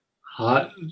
Hot